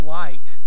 light